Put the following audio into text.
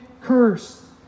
curse